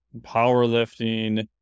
powerlifting